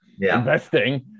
investing